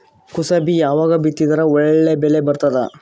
ಕುಸಬಿ ಯಾವಾಗ ಬಿತ್ತಿದರ ಒಳ್ಳೆ ಬೆಲೆ ಬರತದ?